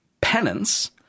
penance